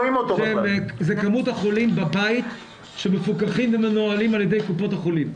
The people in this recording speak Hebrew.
זה כמות החולים בית שמפוקחים ומנוהלים על ידי קופות החולים.